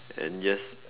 and yes